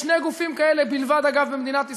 יש שני גופים כאלה בלבד, אגב, במדינת ישראל: